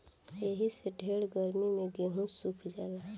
एही से ढेर गर्मी मे गेहूँ सुख जाला